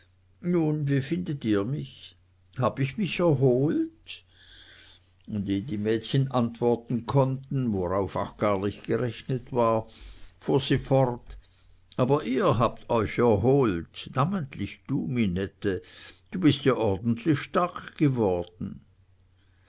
nun wie findet ihr mich hab ich mich erholt und eh die mädchen antworten konnten worauf auch gar nicht gerechnet war fuhr sie fort aber ihr habt euch erholt namentlich du minette du bist ja ordentlich stark geworden